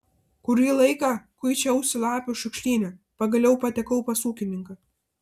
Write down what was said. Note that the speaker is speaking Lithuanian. kurį laiką kuičiausi lapių šiukšlyne pagaliau patekau pas ūkininką